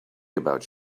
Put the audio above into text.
about